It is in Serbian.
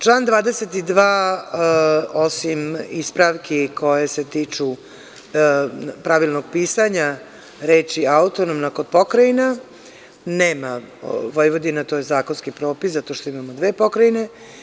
Član 22. osim ispravki koje se tiče pravilnog pisanja reči „autonomna“ kod pokrajina nema Vojvodina to je zakonski propis, zato što imamo dve pokrajine.